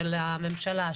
של הממשלה,